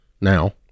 now